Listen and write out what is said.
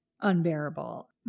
unbearable